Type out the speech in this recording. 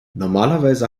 normalerweise